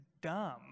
dumb